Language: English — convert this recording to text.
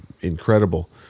incredible